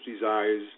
desires